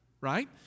Right